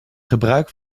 gebruik